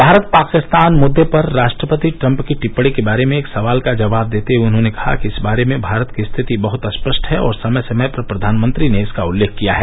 भारत पाकिस्तान मुद्दे पर राष्ट्रपति ट्रंप की टिपणी के बारे में एक सवाल का जवाब देते हुए उन्होंने कहा कि इस बारे में भारत की स्थिति बहुत स्पष्ट है और समय समय पर प्रधानमंत्री ने इसका उल्लेख किया है